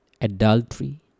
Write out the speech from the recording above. adultery